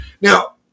Now